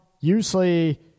usually